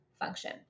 function